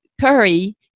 curry